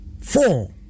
four